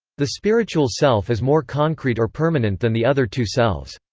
the spiritual self is more concrete or permanent than the other two selves.